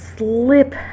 slip